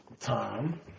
Tom